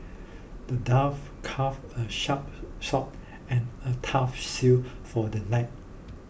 the dwarf crafted a sharp sword and a tough shield for the knight